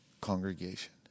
congregation